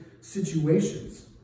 situations